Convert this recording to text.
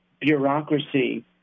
bureaucracy